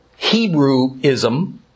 Hebrewism